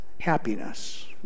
happiness